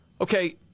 Okay